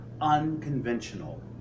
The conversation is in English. unconventional